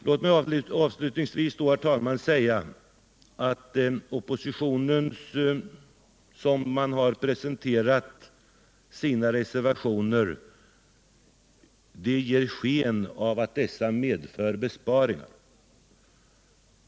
Låt mig avslutningsvis säga att oppositionen vill ge sken av att reservationerna skulle medföra besparingar.